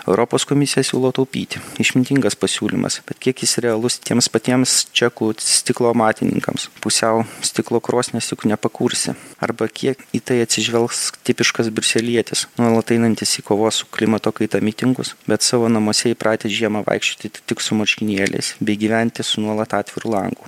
europos komisija siūlo taupyti išmintingas pasiūlymas bet kiek jis realus tiems patiems čekų stiklo amatininkams pusiau stiklo krosnies juk nepakursi arba kiek į tai atsižvelgs tipiškas briuselietis nuolat einantis į kovos su klimato kaita mitingus bet savo namuose įpratęs žiemą vaikščioti tik su marškinėliais bei gyventi su nuolat atviru langu